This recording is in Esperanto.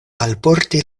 alporti